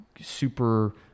super